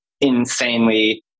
insanely